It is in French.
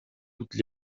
toutes